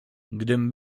gdym